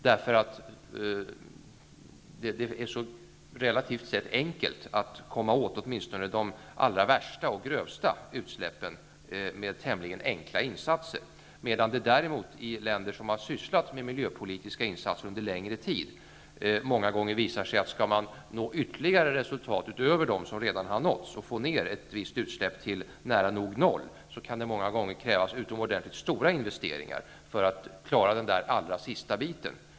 Det är då relativt sett enkelt att komma åt åtminstone de allra värsta och grövsta utsläppen med tämligen enkla insatser. I länder som sysslat med miljöpolitiska insatser under längre tid visar det sig däremot många gånger att det kan krävas stora investeringar för att nå ytterligare resultat utöver dem som redan har nåtts och för att få ned ett utsläpp till nära noll. Det kan vara mycket dyrt att klara den allra sista biten.